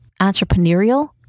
Entrepreneurial